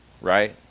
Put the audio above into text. Right